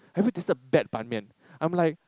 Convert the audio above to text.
have you tasted bad Ban-Mian I'm like